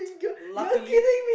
luckily